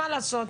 מה לעשות.